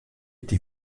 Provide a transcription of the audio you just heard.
die